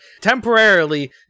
temporarily